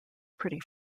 pretty